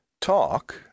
Talk